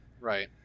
Right